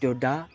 Doda